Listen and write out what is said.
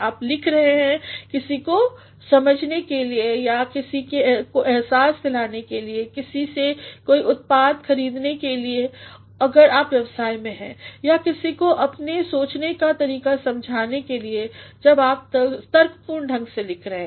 आप लिख रहे हैं किसी को समझने के लिए या किसी को एहसासदिलाने के लिए किसी से कोई उत्पाद खरीदवाने के लिए अगर आप व्यवसाय में हैं या किसी को अपने सोचने का तरीका समझाने के लिए जब आप तर्कपूर्ण ढंग से लिख रहे हैं